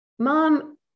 Mom